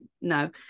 no